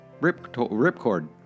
Ripcord